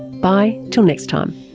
bye till next time